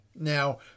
Now